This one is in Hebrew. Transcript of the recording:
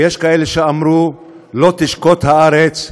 ויש כאלה שאמרו: לא תשקוט הארץ,